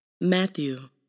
Matthew